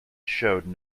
showed